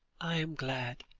i am glad,